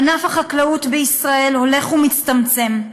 ענף החקלאות בישראל הולך ומצטמצם.